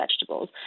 vegetables